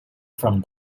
from